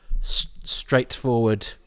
straightforward